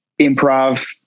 improv